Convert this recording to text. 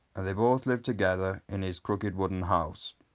and they both lived together in his crooked wooden house.